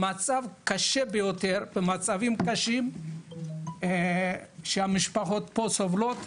במצב קשה ביותר, במצבים קשים, שהמשפחות פה סובלות,